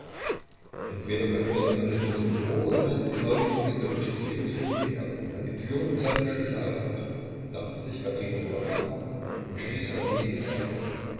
entweder kommt mir das alles nur so vor oder mein sinowij borissowitsch ist eben zurückgekehrt und hat die türe mit seinem schlüssel aufgemacht dachte sich katerina lwowna und stieß ssergej in die seite